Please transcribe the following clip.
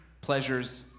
pleasures